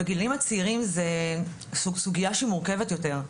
בגילאים צעירים זו סוגייה שהיא מורכבת יותר.